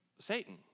Satan